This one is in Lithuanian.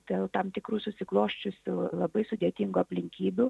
dėl tam tikrų susiklosčiusių labai sudėtingų aplinkybių